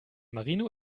marino